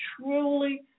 truly